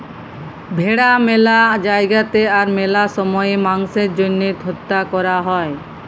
ভেড়া ম্যালা জায়গাতে আর ম্যালা সময়ে মাংসের জ্যনহে হত্যা ক্যরা হ্যয়